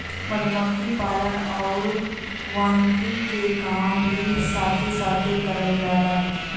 मधुमक्खी पालन आउर वानिकी के काम भी साथे साथे करल जाला